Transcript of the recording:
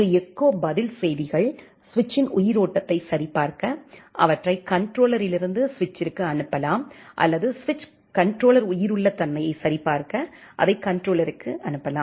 ஒரு எக்கோ பதில் செய்திகள் சுவிட்சின் உயிரோட்டத்தை சரிபார்க்க அவற்றை கண்ட்ரோலர்லிருந்து சுவிட்ச்சிற்க்கு அனுப்பலாம் அல்லது சுவிட்ச் கண்ட்ரோலர் உயிருள்ள தன்மையை சரிபார்க்க அதை கண்ட்ரோலர்க்கு அனுப்பலாம்